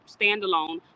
standalone